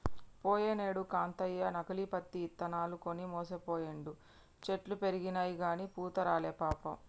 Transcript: పోయినేడు కాంతయ్య నకిలీ పత్తి ఇత్తనాలు కొని మోసపోయిండు, చెట్లు పెరిగినయిగని పూత రాలే పాపం